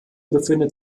befindet